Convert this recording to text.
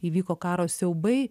įvyko karo siaubai